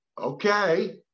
okay